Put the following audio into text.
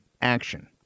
action